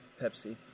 Pepsi